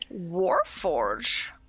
Warforge